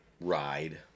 ride